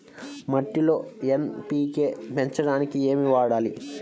మట్టిలో ఎన్.పీ.కే పెంచడానికి ఏమి వాడాలి?